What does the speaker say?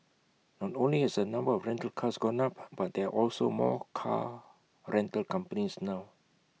not only has the number of rental cars gone up but there are also more car rental companies now